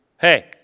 hey